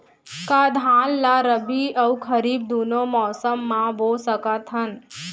का धान ला रबि अऊ खरीफ दूनो मौसम मा बो सकत हन?